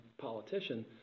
politician